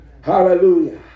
Hallelujah